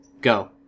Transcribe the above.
Go